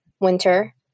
winter